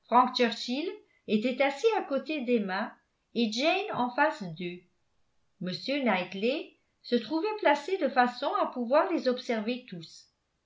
était assis à côté d'emma et jane en face d'eux m knightley se trouvait placé de façon à pouvoir les observer tous